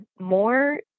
more